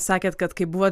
sakėt kad kai buvot